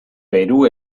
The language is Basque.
peru